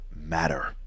matter